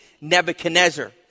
Nebuchadnezzar